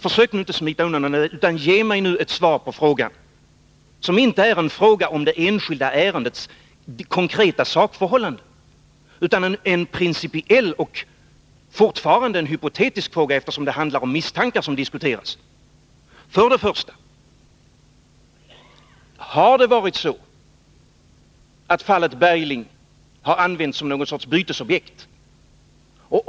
Försök inte smita undan utan ge mig nu ett svar på frågan, som inte är en fråga om det enskilda ärendets konkreta sakförhållande utan som är en principiell och fortfarande hypotetisk fråga, eftersom det handlar om misstankar som diskuteras. För det första: Har fallet Bergling använts som någon sorts bytesobjekt?